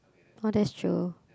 oh that's true